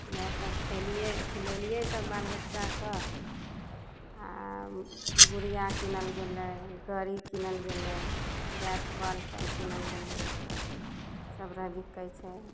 इएह सब खेलियै खिलेलियै सब बाल बच्चाके आ गुड़िया किनल गेलै घड़ी किनल गेलै बैट बॉल सब किनल गेलै ईसब सब रऽ बिकै छै